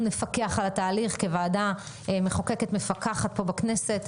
אנחנו נפקח על התהליך כוועדה מחוקקת ומפקחת פה בכנסת,